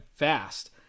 fast